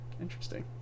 Interesting